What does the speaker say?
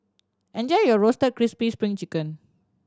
enjoy your Roasted Crispy Spring Chicken